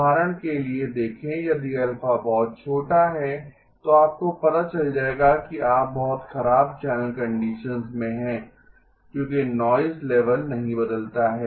उदाहरण के लिए देखें यदि α बहुत छोटा है तो आपको पता चल जाएगा कि आप बहुत खराब चैनल कंडीशंस में हैं क्योंकि नॉइज़ लेवल नहीं बदलता है